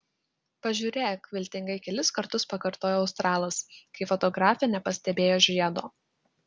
pažiūrėk viltingai kelis kartus pakartojo australas kai fotografė nepastebėjo žiedo